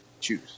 choose